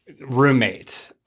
roommate